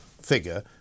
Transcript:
figure